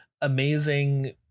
amazing